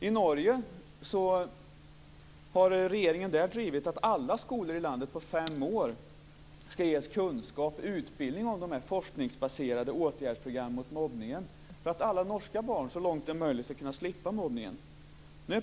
Regeringen i Norge har drivit att alla skolor i landet på fem år ska ges kunskap och utbildning om de forskningsbaserade åtgärdsprogrammen mot mobbningen för att alla norska barn, så långt det är möjligt, ska kunna slippa mobbningen.